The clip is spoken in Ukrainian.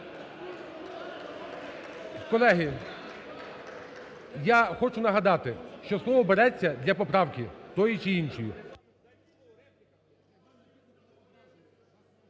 Колеги, я хочу нагадати, що слово береться для поправки тої чи іншої.